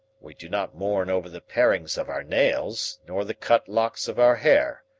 we do not mourn over the parings of our nails nor the cut locks of our hair,